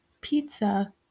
pizza